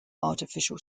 artificial